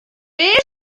beth